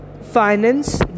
finance